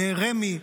רמ"י.